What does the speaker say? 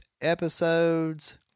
episodes